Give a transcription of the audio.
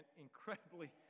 incredibly